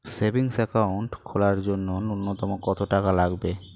Savings account খোলার জন্য নূন্যতম কত টাকা লাগবে?